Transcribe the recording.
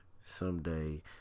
someday